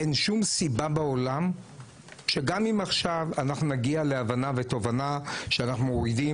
אין שום סיבה בעולם שגם אם אנחנו נגיע להבנה ותובנה שאנחנו מורידים